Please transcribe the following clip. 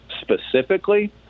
specifically